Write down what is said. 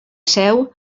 seu